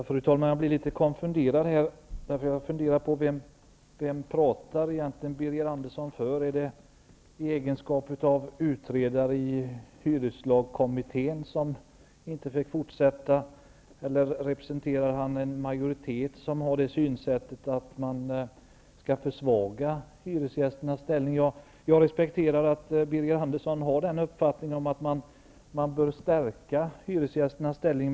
Fru talman! Jag blev litet konfunderad när jag hörde Birger Andersson. Vem pratar Birger Andersson egentligen för? Pratar han i sin egenskap av utredare i hyreslagskommittén, som inte fick fortsätta, eller representerar han majoriteten, som anser att man skall försvaga hyresgästernas ställning? Jag respekterar Birger Anderssons mening att man bör stärka hyresgästernas ställning.